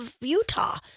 Utah